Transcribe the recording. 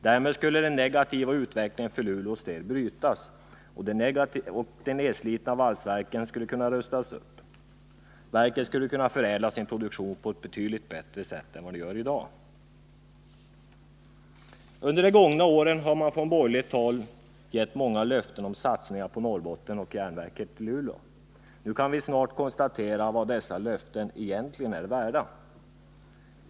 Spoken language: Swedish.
Därmed skulle den negativa utvecklingen för Luleås del brytas och de nedslitna valsverken skulle rustas upp. Verket skulle kunna förädla sin produktion på ett betydligt bättre sätt än vad det gör i dag. Under de gångna åren har man från borgerligt håll gett många löften om satsningar på Norrbotten och järnverket i Luleå. Nu kan vi snart konstatera vad dessa löften egentligen är värda.